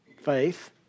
faith